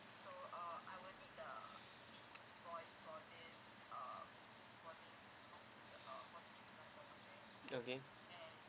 okay